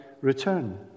return